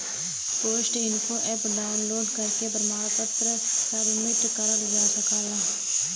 post info app download करके प्रमाण पत्र सबमिट करल जा सकला